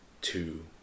two